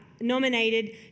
nominated